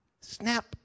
Snap